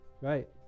right